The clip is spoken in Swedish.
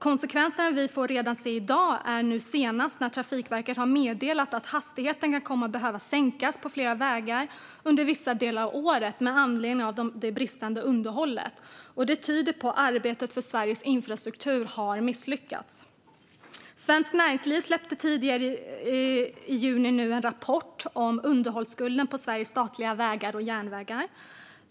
Konsekvenserna kan vi se redan i dag, senast när Trafikverket meddelade att hastigheten kan komma att behöva sänkas på fler vägar under vissa delar av året med anledning av det bristande underhållet. Det tyder på att arbetet för Sveriges infrastruktur har misslyckats. Svenskt Näringsliv släppte tidigare nu i juni en rapport om underhållsskulden på Sveriges statliga vägar och järnvägar.